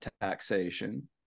taxation